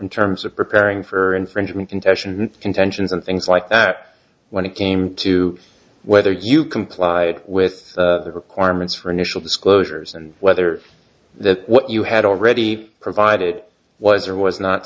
in terms of preparing for infringement contention contentions and things like that when it came to whether you complied with the requirements for initial disclosures and whether that what you had already provided was or was not